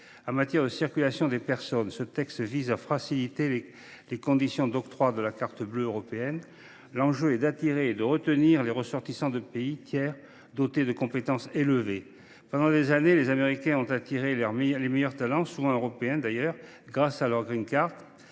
En matière de circulation des personnes, le texte vise à faciliter les conditions d’octroi de la Carte bleue européenne. L’enjeu est d’attirer et de retenir les ressortissants de pays tiers dotés de compétences élevées. Pendant des années, les Américains ont attiré les meilleurs talents, souvent européens d’ailleurs, grâce à leur. À nous de